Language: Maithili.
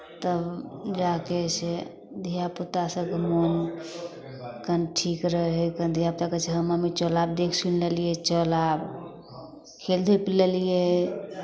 तब जा कऽ से धियापुता सभके मोन कनि ठीक रहै हइ तऽ धियापुता कहै छै हँ मम्मी चल आब सभ देख सुनि लेलियै चल आब खेल धूपि लेलियै